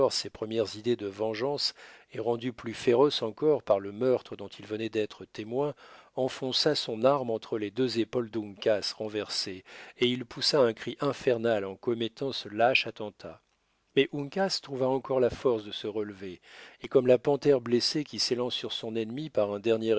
ses premières idées de vengeance et rendu plus féroce encore par le meurtre dont il venait d'être témoin enfonça son arme entre les deux épaules d'uncas renversé et il poussa un cri infernal en commettant ce lâche attentat mais uncas trouva encore la force de se relever et comme la panthère blessée qui s'élance sur son ennemi par un dernier